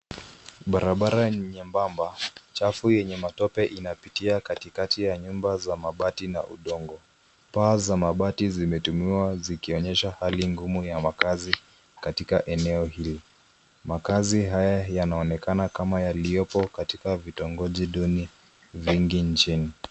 Barabara ni nyembamba chafu yenye matope inapitia katikati ya nyumba za mabati na udongo. Paa za mabati zimetumiwa zikionyesha hali ngumu ya makaazi katika eneo hili. Makaazi haya yanaonekana kama yaliyopo katika vitongoji duni vingi nchini.